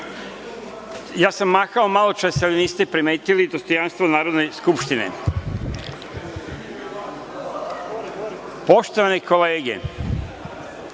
ja sam mahao maločas ali niste primetili, dostojanstvo Narodne skupštine. Poštovane kolege,